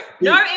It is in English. No